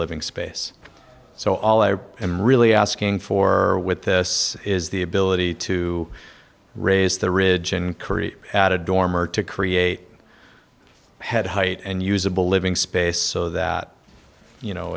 living space so all i am really asking for with this is the ability to raise the ridge and create at a dorm or to create a head height and usable living space so that you know